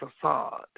facade